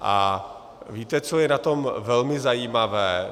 A víte, co je na tom velmi zajímavé?